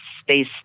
space